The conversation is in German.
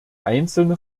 einzelne